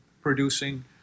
producing